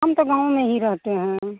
हम तो गाँव में ही रहते हैं